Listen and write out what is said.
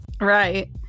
Right